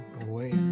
away